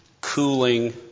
cooling